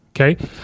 Okay